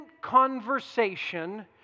conversation